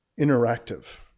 interactive